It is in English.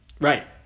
Right